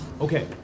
Okay